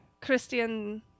Christian